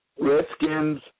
Redskins